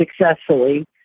successfully